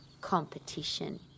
competition